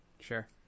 Sure